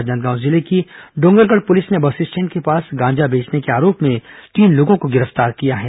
राजनांदगांव जिले की डोंगरगढ़ पुलिस ने बस स्टैंड के पास गांजा बेचने के आरोप में तीन लोगों को गिरफ्तार किया है